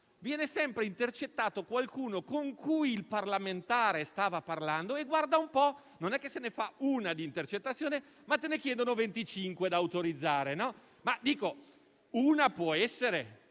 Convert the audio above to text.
viene sempre intercettato qualcuno con cui il parlamentare stava parlando e, guarda caso, non si fa una sola intercettazione ma ne chiedono 25 da autorizzare. Dico io: una può essere